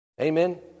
Amen